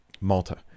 Malta